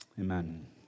amen